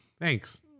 Thanks